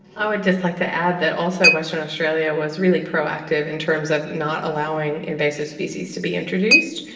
i would just like to add that also western australia was really proactive in terms of not allowing invasive species to be introduced.